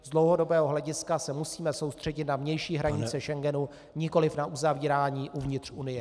Z dlouhodobého hlediska se musíme soustředit na vnější hranice Schengenu, nikoliv na uzavírání uvnitř Unie.